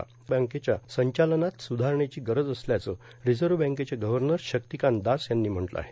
सरकारी बँकाच्या संचालनात सुधारणेची गरज असल्याचं रिझर्व्ह बँकेचे गव्हर्नर शक्तिकांत दास यांनी म्हटलं आहे